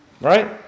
Right